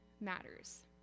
matters